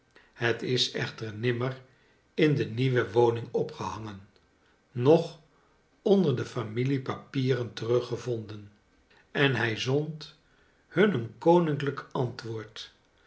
het is echter nimmer in de nieuwe woning opgehangen noch onder de familiepapieren teruggevonden en hij zond hun een koninklijk antwoord